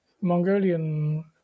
Mongolian